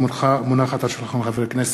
היא מונחת על שולחן הכנסת.